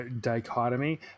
dichotomy